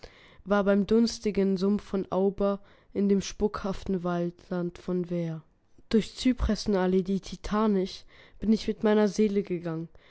war beim dunstigen sumpf von auber in dem spukhaften waldland von weir durch zypressenallee die titanisch bin ich mit meiner seele gegangen